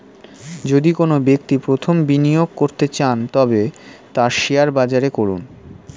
যদি কোনো ব্যক্তি প্রথম বিনিয়োগ করতে চান তবে তা শেয়ার বাজারে করুন